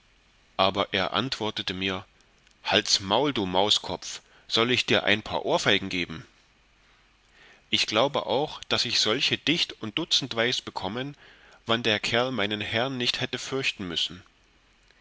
aber antwortete mir halts maul du mauskopf soll ich dir ein paar ohrfeigen geben ich glaube auch daß ich solche dicht und dutzentweis bekommen wann der kerl meinen herrn nicht hätte förchten müssen